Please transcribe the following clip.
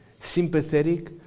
sympathetic